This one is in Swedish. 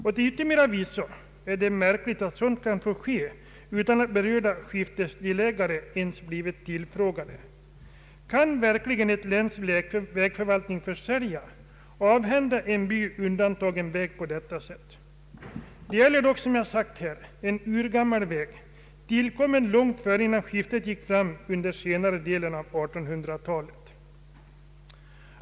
Till yttermera visso är det märkligt att sådant kan få ske utan att berörda skiftesdelägare ens har blivit tillfrågade. Kan verkligen ett läns vägförvaltning försälja och avhända en för en by undantagen väg på detta sätt? Det gäller dock, som jag har sagt, en urgammal väg, tillkommen långt innan skiftet gick fram under senare delen av 1800 talet.